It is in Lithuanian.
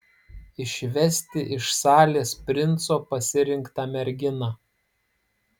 išvesti iš salės princo pasirinktą merginą